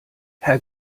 herr